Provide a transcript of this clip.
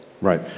Right